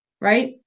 right